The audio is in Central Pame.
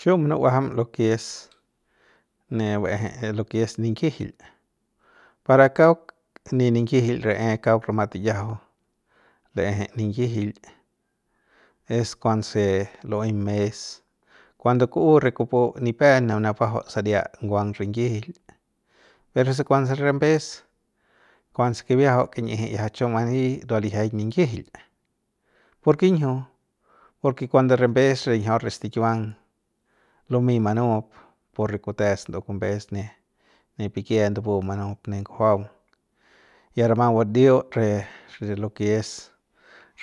Chiu munu'ajam lo ke es ne baejey lo ke es ninyijil para kauk ne ninyijil ra'e kauk rama tiyajau la'eje ninyijil es kuanse lu'uey mes kuando ku'u re kupu nepem manabajau saria nguang rinyijil per kuanse rambees kuanse kibiajau kin'iji ya chu mani ya ndua lijiañ ninyijil ¿porkinjiu? Porke kuando rambe'es linjiaut re stikiuang lumey manup por re kute se ndu'ey kumbes ne ne pikie ndubu manup ne ngujuaung ya rama budiut re re lo ke es